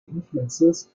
influences